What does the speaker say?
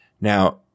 Now